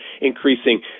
increasing